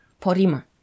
Porima